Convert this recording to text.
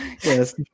yes